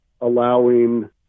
allowing